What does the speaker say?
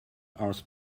horse